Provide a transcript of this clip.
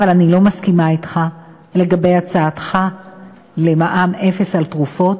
אבל אני לא מסכימה אתך לגבי הצעתך למע"מ אפס על תרופות,